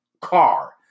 car